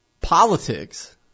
politics